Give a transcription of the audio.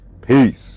peace